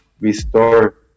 restore